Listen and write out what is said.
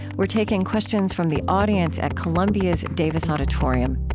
we're taking questions from the audience at columbia's davis auditorium